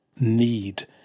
need